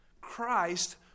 Christ